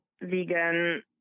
vegan